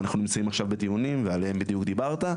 ואנחנו נמצאים עכשיו בדיונים ועליהם בדיוק דיברת.